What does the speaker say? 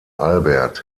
albert